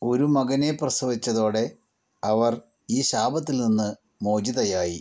ഒരു മകനെ പ്രസവിച്ചതോടെ അവർ ഈ ശാപത്തിൽ നിന്ന് മോചിതയായി